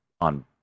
on